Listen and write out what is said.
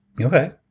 Okay